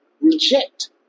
reject